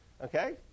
Okay